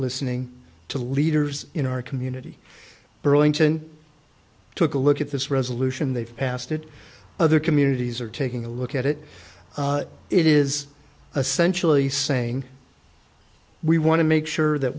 listening to leaders in our community burlington took a look at this resolution they've passed it other communities are taking a look at it it is essential is saying we want to make sure that